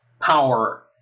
power